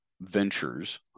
ventures